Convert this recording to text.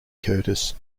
curtis